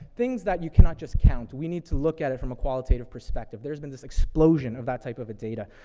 things that you cannot just count. we need to look at it from a qualitative perspective. there's been this explosion of that type of a data.